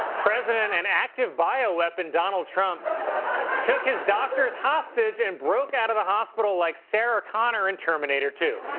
president and active bioweapon donald trump took his doctors hostage and broke out of the hospital like sarah conner in terminator two.